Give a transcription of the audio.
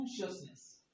Consciousness